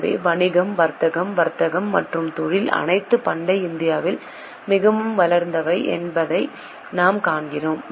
எனவே வணிகம் வர்த்தகம் வர்த்தகம் மற்றும் தொழில் அனைத்தும் பண்டைய இந்தியாவில் மிகவும் வளர்ந்தவை என்பதை நாம் காண்கிறோம்